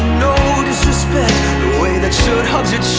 no disrespect the way that shirt hugs